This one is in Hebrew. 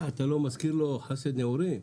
אתה לא מזכיר לו חסד נעורים?